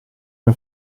una